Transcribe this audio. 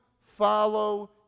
follow